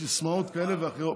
בסיסמאות כאלה ואחרות,